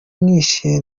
mwishi